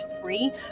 three